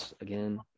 again